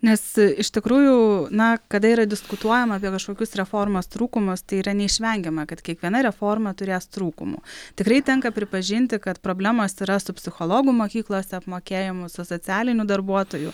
nes iš tikrųjų na kada yra diskutuojama apie kažkokius reformos trūkumas tai yra neišvengiama kad kiekviena reforma turės trūkumų tikrai tenka pripažinti kad problemų atsirastų psichologų mokyklose apmokėjimus su socialinių darbuotojų